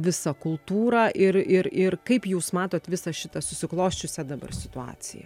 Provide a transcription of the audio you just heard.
visą kultūrą ir ir ir kaip jūs matot visą šitą susiklosčiusią dabar situaciją